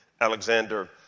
Alexander